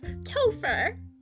Topher